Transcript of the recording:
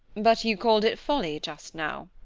but you called it folly just now.